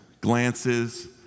glances